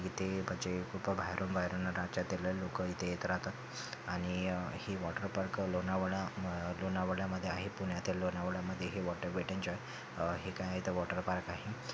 इथे म्हणजे खूप बाहेरून बाहेरून राज्यातील लय लोकं इथे येत राहतात आणि ही वॉटर पार्क लोणावळा लोणावळ्यामध्ये आहे पुण्यातील लोनावळामध्ये हे वॉटर वेट एन जॉय हे काय आहे तर वॉटर पार्क आहे